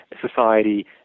society